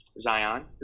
Zion